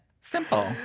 simple